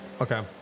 Okay